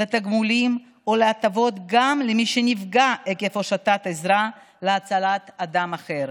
לתגמולים או להטבות גם למי שנפגע עקב הושטת עזרה להצלת אדם אחר.